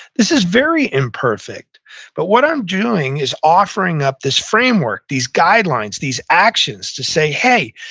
this is very imperfect but what i'm doing is offering up this framework, these guidelines, these actions, to say, hey,